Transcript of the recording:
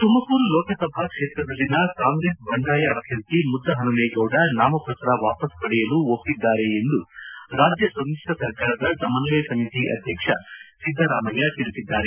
ತುಮಕೂರು ಲೋಕಸಭಾ ಕ್ಷೇತ್ರದಲ್ಲಿನ ಕಾಂಗ್ರೆಸ್ ಬಂಡಾಯ ಅಭ್ಯರ್ಥಿ ಮುದ್ದುಹನುಮೇಗೌಡ ನಾಮಪತ್ರ ವಾಪಸ್ ಪಡೆಯಲು ಒಪ್ಪಿದ್ದಾರೆ ಎಂದು ರಾಜ್ಯ ಸಮ್ಮಿಶ್ರ ಸರ್ಕಾರದ ಸಮನ್ವಯ ಸಮಿತಿ ಅಧ್ಯಕ್ಷ ಸಿದ್ದರಾಮಯ್ಯ ತಿಳಿಸಿದ್ದಾರೆ